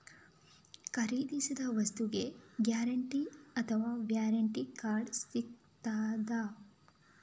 ಖರೀದಿಸಿದ ವಸ್ತುಗೆ ಗ್ಯಾರಂಟಿ ಅಥವಾ ವ್ಯಾರಂಟಿ ಕಾರ್ಡ್ ಸಿಕ್ತಾದ?